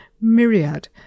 myriad